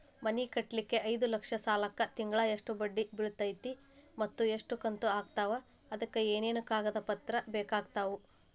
ಮನಿ ಕಟ್ಟಲಿಕ್ಕೆ ಐದ ಲಕ್ಷ ಸಾಲಕ್ಕ ತಿಂಗಳಾ ಎಷ್ಟ ಬಡ್ಡಿ ಬಿಳ್ತೈತಿ ಮತ್ತ ಎಷ್ಟ ಕಂತು ಆಗ್ತಾವ್ ಅದಕ ಏನೇನು ಕಾಗದ ಪತ್ರ ಬೇಕಾಗ್ತವು?